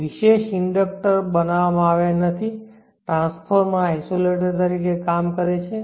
કોઈ વિશેષ ઇન્ડેક્ટર બનાવવામાં આવ્યા નથી ટ્રાન્સફોર્મર આઇસોલેટર તરીકે કામ કરે છે